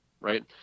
Right